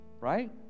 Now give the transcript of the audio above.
right